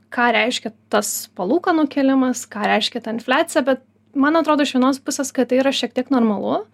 ką reiškia tas palūkanų kėlimas ką reiškia ta infliacija bet man atrodo iš vienos pusės kad tai yra šiek tiek normalu